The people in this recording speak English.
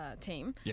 team